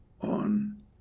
on